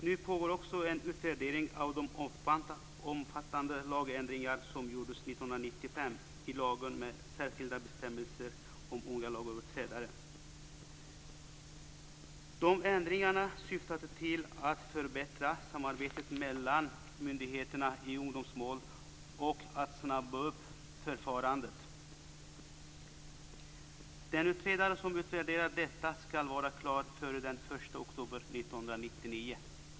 Nu pågår också en utvärdering av de omfattande lagändringar som gjordes 1995 i lagen med särskilda bestämmelser om unga lagöverträdare. Dessa ändringar syftade till att förbättra samarbetet mellan myndigheterna i ungdomsmål och att påskynda förfarandet. Den utredare som utvärderar detta skall vara klar före den 1 oktober 1999.